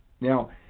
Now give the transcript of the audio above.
Now